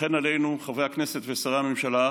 ולכן עלינו, חברי הכנסת ושרי הממשלה,